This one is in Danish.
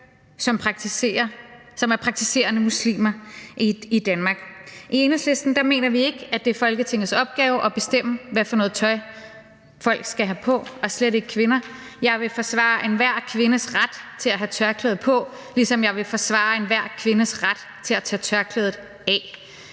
som er praktiserende muslimer i Danmark. I Enhedslisten mener vi ikke, at det er Folketingets opgave at bestemme, hvad for noget tøj folk skal have på og slet ikke kvinder. Jeg vil forsvare enhver kvindes ret til at have tørklæde på, ligesom jeg vil forsvare enhver kvindes ret til at tage tørklædet af.